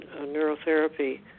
neurotherapy